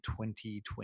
2020